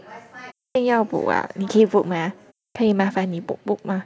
oh 要 book ah 你可以 book 吗可以麻烦你 book book 吗